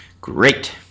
Great